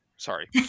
Sorry